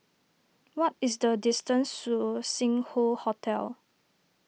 what is the distance to Sing Hoe Hotel